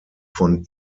von